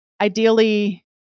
Ideally